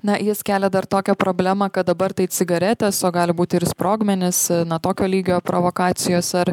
na jis kelia dar tokią problemą kad dabar tai cigaretės o gali būti ir sprogmenys na tokio lygio provokacijos ar